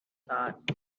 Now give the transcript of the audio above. thought